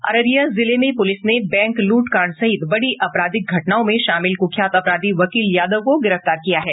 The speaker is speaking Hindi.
अररिया जिले में पुलिस ने बैंक लूट कांड सहित बड़ी आपराधिक घटनाओं में शामिल कुख्यात अपराधी वकील यादव को गिरफ्तार किया है